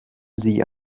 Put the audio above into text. sie